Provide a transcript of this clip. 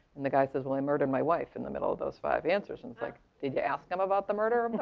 and the guy says, well i murdered my wife in the middle of those five answers. and it's like, did you ask him about the murder of the